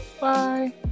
bye